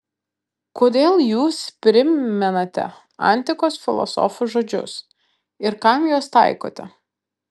kodėl jūs primenate antikos filosofų žodžius ir kam juos taikote